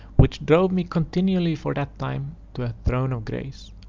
which drove me continually for that time to a throne of grace.